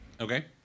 Okay